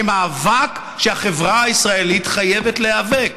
כמאבק שהחברה הישראלית חייבת להיאבק.